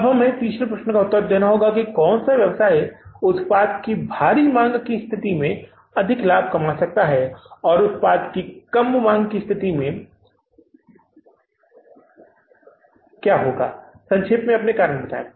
अब हमें तीसरे प्रश्न का उत्तर देना होगा कि कौन सा व्यवसाय उत्पाद की भारी मांग की स्थिति में अधिक लाभ कमा सकता है और उत्पाद के लिए कम मांग और संक्षेप में अपने कारण बताएं